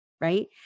Right